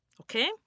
okay